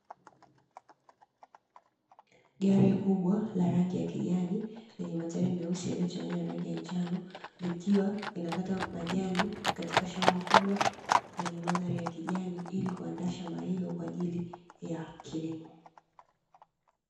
Gari kubwa la rangi ya kijani lenye mataili meusi yaliyo changanywa na rangi ya njano, likiwa linakata majani katika shamba kubwa lenye mandhari ya kijani; ili kuandaa shamba hilo kwa ajili ya kilimo.